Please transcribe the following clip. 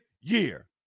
year